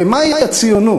הרי מהי הציונות?